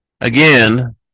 again